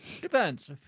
Depends